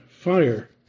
fire